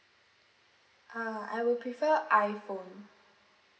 uh I would prefer iPhone